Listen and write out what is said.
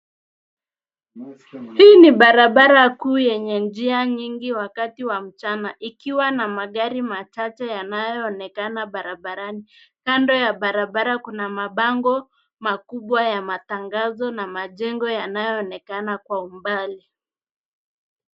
Hii ni barabara kuu yenye njia nyingi wakati wa mchana ikiwa na magari machache yanayoonekana barabarani . Kando ya barabara kuna mabango makubwa ya matangazo na majengo yanayoonekana kwa umbali.